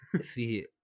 see